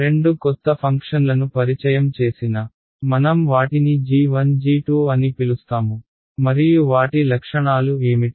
రెండు కొత్త ఫంక్షన్లను పరిచయం చేసిన మనం వాటిని g1 g2 అని పిలుస్తాము మరియు వాటి లక్షణాలు ఏమిటి